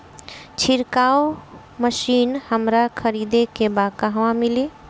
छिरकाव मशिन हमरा खरीदे के बा कहवा मिली?